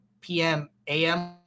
PM-AM